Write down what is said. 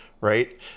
right